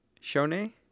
Shone